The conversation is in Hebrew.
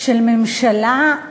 של ממשלה,